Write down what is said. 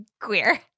queer